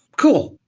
cool.